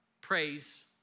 Praise